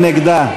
מי נגד?